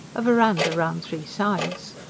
a verandah round three sides.